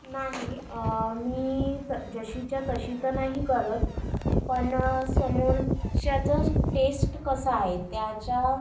नाही मी तर जशीच्या तशी तर नाही करत पण समोरच्याचं टेस्ट कसा आहे त्याच्या